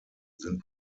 sind